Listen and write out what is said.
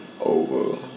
over